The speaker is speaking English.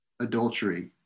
adultery